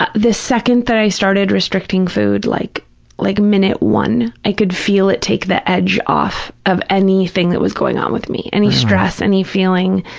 the second that i started restricting food, like like minute one, i could feel it take the edge off of anything that was going on with me, any stress, any feeling.